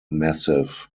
massif